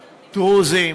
דרוזים,